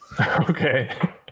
Okay